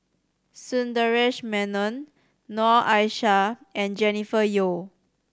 Sundaresh Menon Noor Aishah and Jennifer Yeo